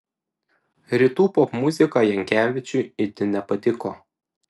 rytų popmuzika jankevičiui itin nepatiko